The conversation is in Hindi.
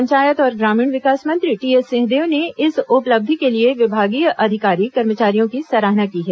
पंचायत और ग्रामीण विकास मंत्री टी एस सिंहदेव ने इस उपलब्धि के लिए विभागीय अधिकारी कर्मचारियों की सराहना की है